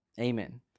Amen